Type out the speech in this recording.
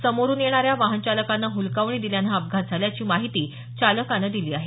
समोरून येणाऱ्या वाहन चालकाने हुलकावणी दिल्यानं हा अपघात झाल्याची माहिती चालकाने दिली आहे